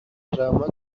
drama